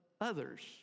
others